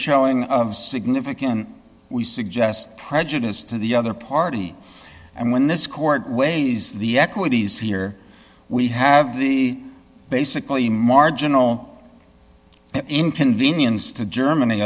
showing of significant we suggest prejudice to the other party and when this court weighs the equities here we have the basically marginal inconvenience to germany